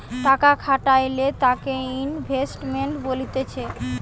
টাকা খাটাইলে তাকে ইনভেস্টমেন্ট বলতিছে